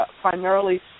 primarily